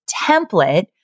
template